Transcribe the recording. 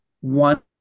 one